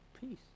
peace